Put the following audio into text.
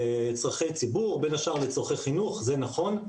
לצרכי ציבור, בין השאר לצרכי חינוך, זה נכון.